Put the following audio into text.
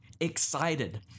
excited